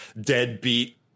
deadbeat